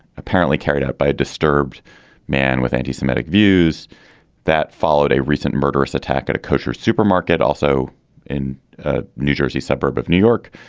apparently carried out by a disturbed man with anti-semitic views that followed a recent murderous attack at a kosher supermarket. also in ah new jersey, suburb of new york,